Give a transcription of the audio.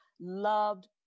loved